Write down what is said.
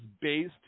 based